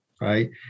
right